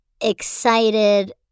excited